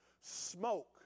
smoke